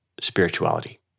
spirituality